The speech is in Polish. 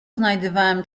znajdywałem